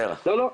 לא.